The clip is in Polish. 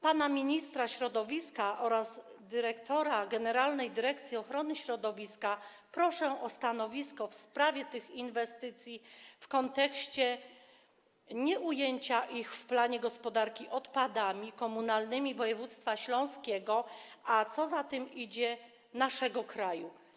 Pana ministra środowiska oraz dyrektora Generalnej Dyrekcji Ochrony Środowiska proszę o stanowisko w sprawie tych inwestycji w kontekście nieujęcia ich w planie gospodarki odpadami komunalnymi województwa śląskiego, a co za tym idzie - naszego kraju.